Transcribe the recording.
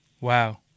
Wow